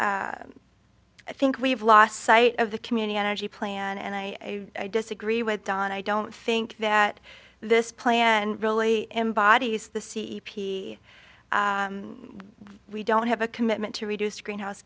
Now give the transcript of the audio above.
now i think we've lost sight of the community energy plan and i disagree with don i don't think that this plan really embodies the c e p t we don't have a commitment to reduce greenhouse